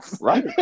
Right